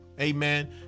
amen